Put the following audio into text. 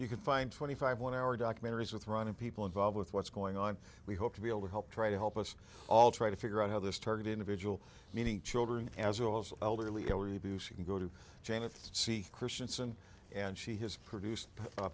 you can find twenty five one hour documentaries with running people involved with what's going on we hope to be able to help try to help us all try to figure out how this target individual meaning children as well as a elderly abuse you can go to jane with c christianson and she has produced a